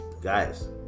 Guys